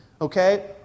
Okay